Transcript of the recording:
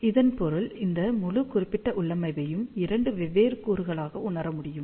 இதன் பொருள் இந்த முழு குறிப்பிட்ட உள்ளமைவையும் இரண்டு வெவ்வேறு கூறுகளாக உணர முடியும்